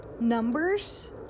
numbers